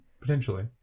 Potentially